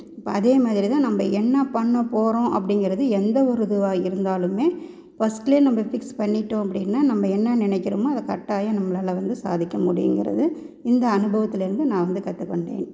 இப்போ அதே மாதிரி தான் நம்ம என்னா பண்ண போகிறோம் அப்படிங்கிறத எந்த ஒரு இதுவாக இருந்தாலுமே ஃபஸ்ட்டிலே நம்ம ஃபிக்ஸ் பண்ணிவிட்டோம் அப்படின்னா நம்ம என்ன நினைக்கிறோமோ அது கட்டாயம் நம்மளால் வந்து சாதிக்க முடியுங்கிறது இந்த அனுபவத்திலேருந்து நான் வந்து கற்றுக்கொண்டேன்